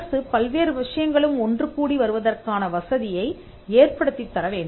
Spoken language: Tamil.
அரசு பல்வேறு விஷயங்களும் ஒன்றுகூடி வருவதற்கான வசதியை ஏற்படுத்தித் தர வேண்டும்